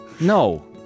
No